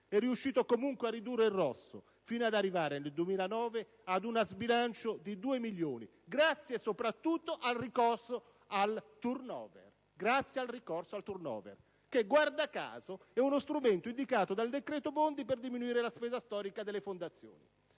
è riuscito comunque a ridurre il rosso, fino ad arrivare nel 2009 ad uno sbilancio di 2 milioni, grazie soprattutto al ricorso al blocco del *turnover* che, guarda caso, è uno strumento indicato dal decreto-legge Bondi per diminuire la spesa storica delle fondazioni.